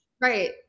Right